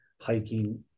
hiking